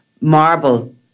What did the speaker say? marble